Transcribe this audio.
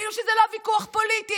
כאילו שזה לא ויכוח פוליטי,